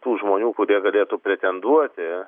tų žmonių kurie galėtų pretenduoti